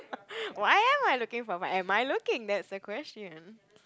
why am I looking for am I looking that's the question